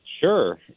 sure